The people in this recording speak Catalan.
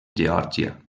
geòrgia